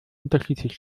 unterschiedlich